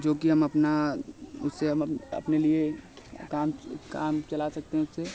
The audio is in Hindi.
जो कि हम अपना उससे हम अपने लिए काम काम चला सकते हैं इससे